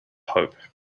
hope